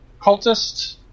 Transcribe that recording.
cultist